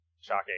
Shocking